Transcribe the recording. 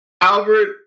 Albert